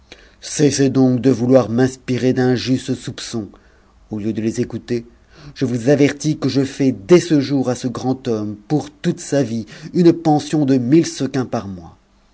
cessez donc de vouloir m'inspirer d'injustes soupçons au lieu de les écouter je vous avertis que je fais dès ce jour à ce grand homme pour toute sa vie une pension de mille sequins par mois